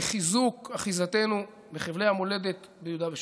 לחיזוק אחיזתנו בחבלי המולדת ביהודה ושומרון.